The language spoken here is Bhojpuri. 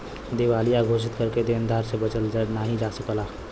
दिवालिया घोषित करके देनदार से बचल नाहीं जा सकला